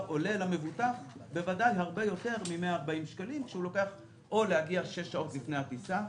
עולה למבוטח בוודאי הרבה יותר מ-140 שקלים או להגיע שש שעות לפני הטיסה,